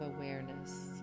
awareness